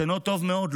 ישנות טוב מאוד,